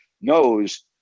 knows